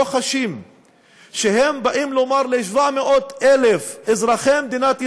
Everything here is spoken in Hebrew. חשים שהם באים לומר ל-700,000 אזרחי מדינת ישראל,